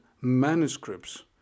manuscripts